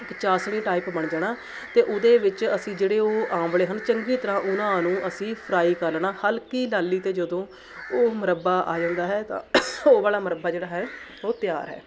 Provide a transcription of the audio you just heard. ਇੱਕ ਚਾਸ਼ਣੀ ਟਾਈਪ ਬਣ ਜਾਣਾ ਅਤੇ ਉਹਦੇ ਵਿੱਚ ਅਸੀਂ ਜਿਹੜੇ ਉਹ ਆਮਲੇ ਹਨ ਚੰਗੀ ਤਰ੍ਹਾਂ ਉਹਨਾਂ ਨੂੰ ਅਸੀਂ ਫਰਾਈ ਕਰ ਲੈਣਾ ਹਲਕੀ ਲਾਲੀ 'ਤੇ ਜਦੋਂ ਉਹ ਮੁਰੱਬਾ ਆ ਜਾਂਦਾ ਹੈ ਤਾਂ ਉਹ ਵਾਲਾ ਮੁਰੱਬਾ ਜਿਹੜਾ ਹੈ ਉਹ ਤਿਆਰ ਹੈ